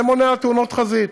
זה מונע תאונות חזית.